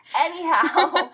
Anyhow